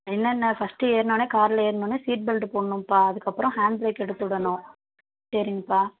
என்னென்னால் ஃபஸ்டு ஏறினவொனே காரில் ஏறினவொனே சீட் பெல்ட் போடணும்பா அதுக்கப்புறம் ஹேண்ட் பிரேக் எடுத்துவிடணும் சரிங்கப்பா